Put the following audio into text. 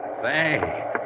Say